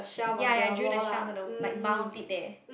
ya ya drill the shelf in the like mount it there